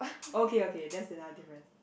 okay okay that's another difference